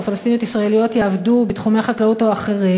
פלסטיניות ישראליות יעבדו בתחומי החקלאות או אחרים.